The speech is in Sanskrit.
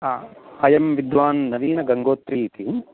आम् अयं विद्वान् नवीनगङ्गोत्री इति